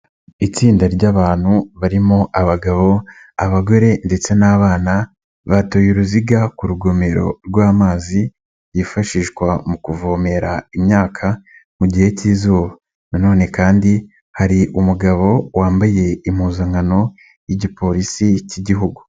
Itsinda ry'abantu barimo abagabo, abagore ndetse n'abana, batoye uruziga ku rugomero rw'amazi, yifashishwa mu kuvomera imyaka mu gihe cy'izuba na none kandi hari umugabo wambaye impuzankano y'igipolisi cy'igihugu.